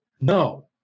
No